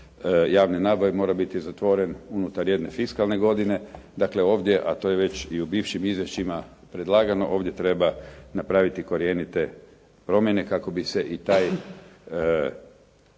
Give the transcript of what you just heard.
javne nabave mora biti zatvoren unutar jedne fiskalne godine, dakle ovdje, a to je već i u bivšim izvješćima predlagano, ovdje treba napraviti korjenite promjene kako bi se i taj